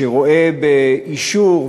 שרואה באישור,